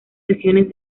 sesiones